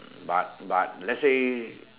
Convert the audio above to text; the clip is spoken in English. but but let's say